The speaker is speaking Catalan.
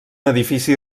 edifici